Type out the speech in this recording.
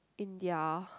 in their